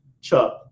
Chuck